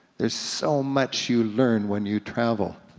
there's so much you learn when you travel,